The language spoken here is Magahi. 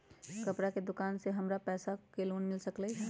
हमर कपड़ा के दुकान है हमरा थोड़ा पैसा के लोन मिल सकलई ह?